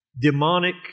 Demonic